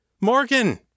Morgan